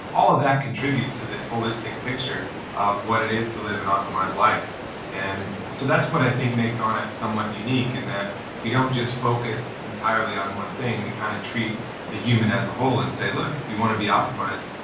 all of that contributes to this holistic picture of what it is to live an optimized life and so that's what i think makes onnit somewhat unique in that we don't just focus entirely on one thing. we kind of treat the human as a whole and say look if you want to be optimized,